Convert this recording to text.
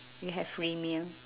you have free meal